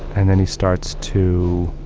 and then he starts to